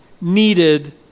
needed